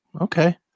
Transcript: okay